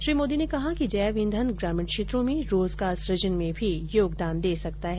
श्री मोदी ने कहा कि जैव ईंधन ग्रामीण क्षेत्रों में रोजगार सुजन में भी योगदान दे सकता है